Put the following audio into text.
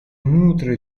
nutre